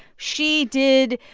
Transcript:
she did,